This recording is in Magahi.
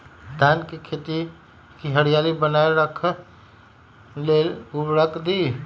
धान के खेती की हरियाली बनाय रख लेल उवर्रक दी?